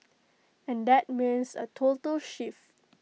and that means A total shift